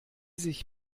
sich